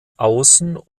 außen